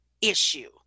issue